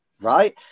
Right